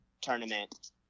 tournament